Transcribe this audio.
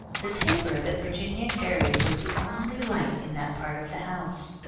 the taper that virginia carried was the only light in that part of the house.